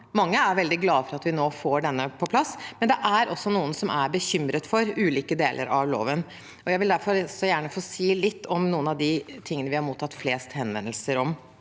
Mange er veldig glade for at vi nå får denne på plass, men det er også noen som er bekymret for ulike deler av loven. Jeg vil derfor gjerne si litt om noe av det vi har mottatt flest henvendelser om.